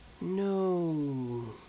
no